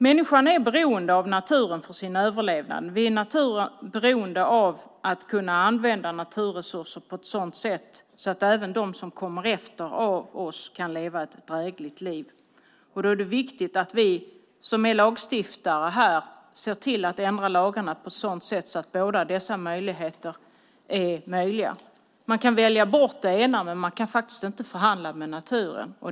Människan är beroende av naturen för sin överlevnad. Vi är beroende av att kunna använda naturresurser på ett sådant sätt att även de som kommer efter oss kan leva ett drägligt liv. Då är det viktigt att vi som är lagstiftare ser till att ändra lagarna på ett sådant sätt att båda blir möjliga. Man kan välja bort det ena, men man kan faktiskt inte förhandla med naturen.